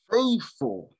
Faithful